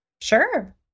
Sure